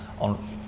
on